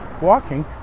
walking